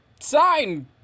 sign